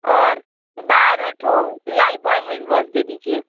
और बारह ठो लाइफबॉय हैंडवॉश दे दीजिए